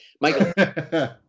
Michael